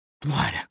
blood